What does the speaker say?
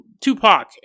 Tupac